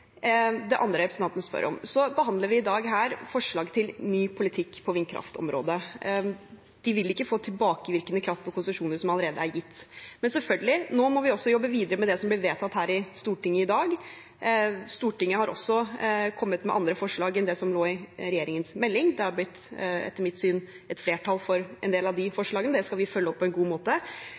det gjelder det andre representanten spør om, så behandler vi her i dag forslag til ny politikk på vindkraftområdet. Det vil ikke få tilbakevirkende kraft på konsesjoner som allerede er gitt. Men nå må vi selvfølgelig også jobbe videre med det som blir vedtatt i Stortinget i dag. Stortinget har også kommet med andre forslag enn det som lå i regjeringens melding. Det har etter mitt syn blitt et flertall for en del av de forslagene, og det skal vi følge opp på en god måte.